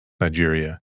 Nigeria